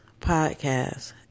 podcast